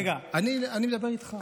רגע, אני מדבר איתך.